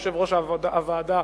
יושב-ראש הוועדה,